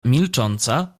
milcząca